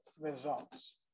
results